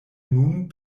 nun